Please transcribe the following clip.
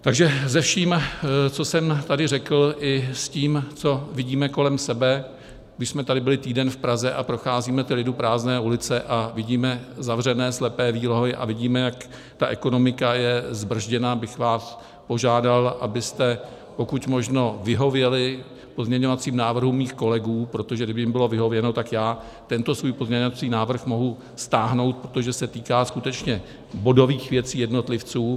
Takže se vším, co jsem tady řekl, i s tím, co vidíme kolem sebe, když jsme tady byli týden v Praze a procházíme liduprázdné ulice a vidíme zavřené slepé výlohy a vidíme, jak ekonomika je zbrzděna, bych vás požádal, abyste pokud možno vyhověli pozměňovacím návrhům mých kolegů, protože kdyby jim bylo vyhověno, tak já tento svůj pozměňovací návrh mohu stáhnout, protože se týká skutečně bodových věcí jednotlivců.